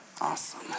Awesome